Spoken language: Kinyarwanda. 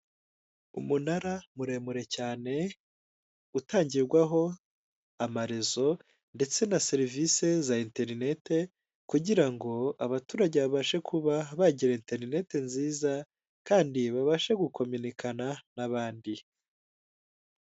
Umunara muremure cyane utangirwaho amarezo ndetse na serivisi za interinet kugira ngo abaturage babashe kuba bagira internet nziza kandi babashe gukominikana n'abandi.